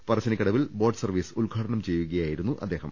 പറശ്ശിനി ക്കടവിൽ boat service ഉദ്ഘാടനം ചെയ്യുകയായിരുന്നു അദ്ദേ ഹം